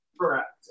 correct